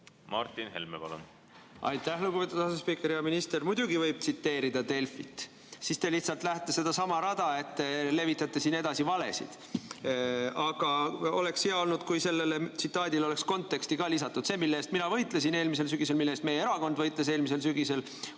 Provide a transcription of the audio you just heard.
Martin Helme, palun! Aitäh, lugupeetud asespiiker! Hea minister! Muidugi võib tsiteerida Delfit. Siis te lähete lihtsalt sedasama rada, et te levitate siin edasi valesid. Aga oleks hea olnud, kui sellele tsitaadile oleks ka kontekst lisatud. See, mille eest mina võitlesin eelmisel sügisel ja mille eest meie erakond võitles eelmisel sügisel,